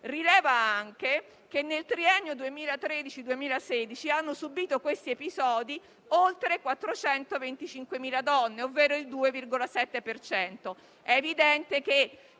rileva anche che nel triennio 2013-2016 a subire questi episodi sono state oltre 425.000 donne, ovvero il 2,7